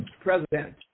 president